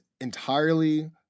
entirely